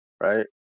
right